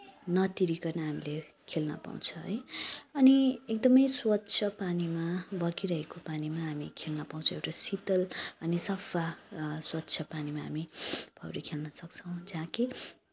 नतिरिकन हामीले खेल्न पाउँछ है अनि एकदमै स्वच्छ पानीमा बगिरहेको पानीमा हामी खेल्न पाउँछौँ एउटा शीतल अनि सफा स्वच्छ पानीमा हामी पौडी खेल्न सक्छौँ जहाँ कि